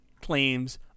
claims